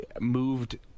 moved